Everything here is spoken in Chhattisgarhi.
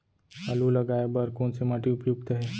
आलू लगाय बर कोन से माटी उपयुक्त हे?